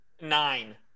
Nine